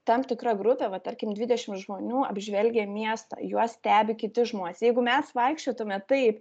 tam tikra grupė va tarkim dvidešimt žmonių apžvelgia miestą juos stebi kiti žmonės jeigu mes vaikščiotume taip